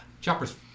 Chopper's